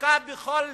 החקיקה בכל